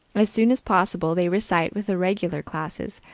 as soon as possible, they recite with the regular classes,